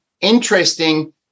interesting